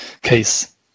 case